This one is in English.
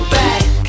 back